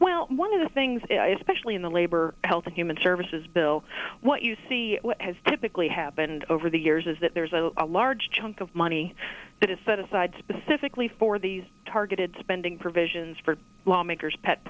well one of the things especially in the labor health and human services bill what you see what has typically happened over the years is that there's a large chunk of money that is set aside specifically for these targeted spending provisions for lawmakers pet